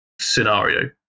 scenario